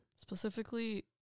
Specifically